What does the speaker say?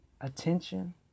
attention